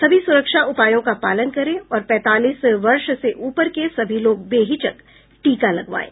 सभी सुरक्षा उपायों का पालन करें और पैंतालीस वर्ष से ऊपर के सभी लोग बेहिचक टीका लगवाएं